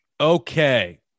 Okay